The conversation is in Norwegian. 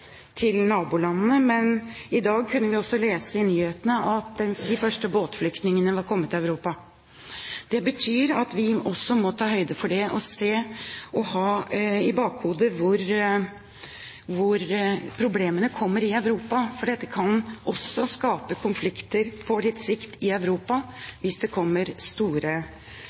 nabolandene, men i dag kunne vi også lese i nyhetene at de første båtflyktningene var kommet til Europa. Det betyr at vi også må ta høyde for dette og se, og ha i bakhodet, hvor problemene kommer i Europa. For dette kan også skape konflikter på litt sikt i Europa hvis det kommer store